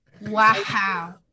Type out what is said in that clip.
wow